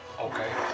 Okay